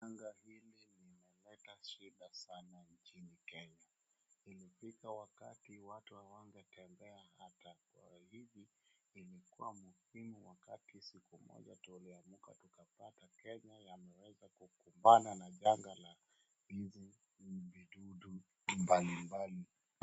janga hili limeleta shida sana nchini Kenya. Ilifika wakati watu hawangetembea hata kwa hivi imekuwa muhimu wakati siku moja tuliamka tukapata Kenya yameweza kukumbana na janga la hizi vidudu mbalimbali.